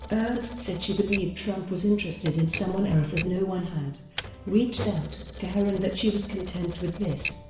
ernst said she believed trump was interested in someone else as no one had reached out to her and that she was content with this.